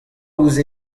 ouzh